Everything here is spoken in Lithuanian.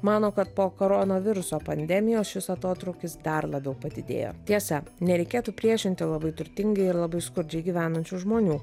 mano kad po koronaviruso pandemijos šis atotrūkis dar labiau padidėjo tiesa nereikėtų priešinti labai turtingai ir labai skurdžiai gyvenančių žmonių